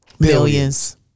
Billions